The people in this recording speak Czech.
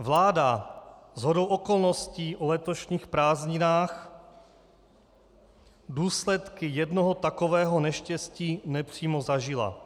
Vláda shodou okolností o letošních prázdninách důsledky jednoho takového neštěstí nepřímo zažila.